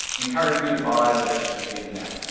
encourage me to buy the rest of the season now.